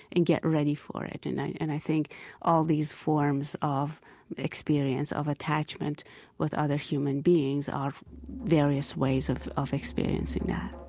and get ready for it. and i and i think all these forms of experience of attachment with other human beings are various ways of of experiencing that